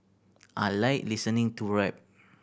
I like listening to rap